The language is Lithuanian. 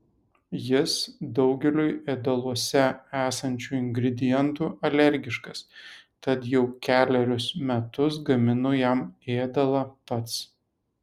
jis daugeliui ėdaluose esančių ingredientų alergiškas tad jau kelerius metus gaminu jam ėdalą pats